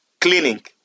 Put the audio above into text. cleaning